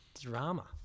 drama